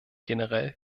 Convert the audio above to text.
generell